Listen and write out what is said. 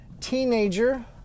teenager